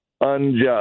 unjust